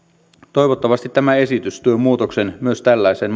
toivottavasti tämä esitys tuo muutoksen myös tällaiseen